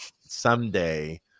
someday